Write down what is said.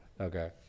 Okay